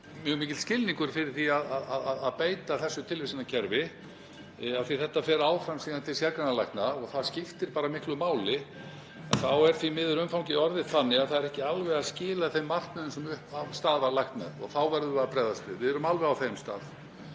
mjög mikill skilningur fyrir því að beita þessu tilvísanakerfi, af því að þetta fer síðan áfram til sérgreinalækna og það skiptir bara miklu máli, þá er því miður umfangið orðið þannig að það er ekki alveg að skila þeim markmiðum sem af stað var lagt með og þá verðum við að bregðast við. Við erum alveg á þeim stað.